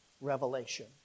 revelation